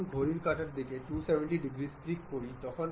আমরা সবেমাত্র এই স্ট্যান্ডার্ড মেটটি শেষ করেছি